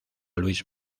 luis